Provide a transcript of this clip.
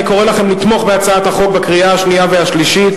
אני קורא לכם לתמוך בהצעת החוק בקריאה שנייה ושלישית,